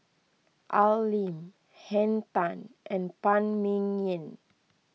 Al Lim Henn Tan and Phan Ming Yen